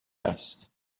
است